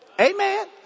Amen